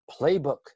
playbook